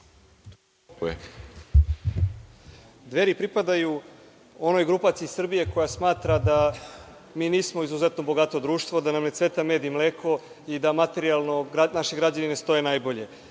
Dveri pripadaju onoj grupaciji Srbije koja smatra da mi nismo izuzetno bogato društvo, da nam ne cveta med i mleko i da materijalno naši građani ne stoje najbolje.